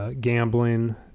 Gambling